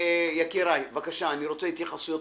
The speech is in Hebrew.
בבקשה, אני רוצה התייחסויות.